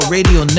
Radio